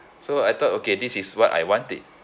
so I thought okay this is what I wanted